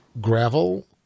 Gravel